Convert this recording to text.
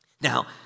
Now